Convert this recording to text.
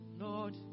Lord